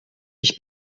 ich